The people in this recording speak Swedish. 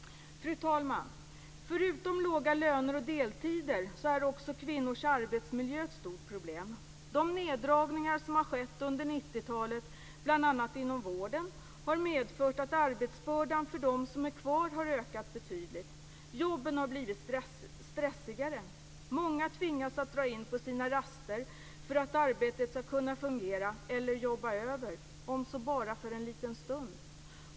Fru talman! Förutom låga löner och deltider är också kvinnors arbetsmiljö ett stort problem. De neddragningar som har skett under 90-talet, bl.a. inom vården, har medfört att arbetsbördan för dem som är kvar har ökat betydligt. Jobben har blivit stressigare. Många tvingas att dra in på sina raster eller jobba över - om så bara för en liten stund - för att arbetet skall kunna fungera.